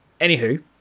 anywho